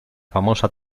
famosa